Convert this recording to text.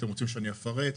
הכלכלה.